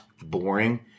Boring